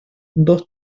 dos